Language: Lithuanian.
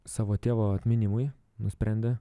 savo tėvo atminimui nusprendė